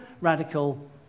radical